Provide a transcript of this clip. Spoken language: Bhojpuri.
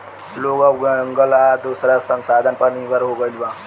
लोग अब जंगल आ दोसर संसाधन पर निर्भर हो गईल बा